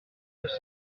neuf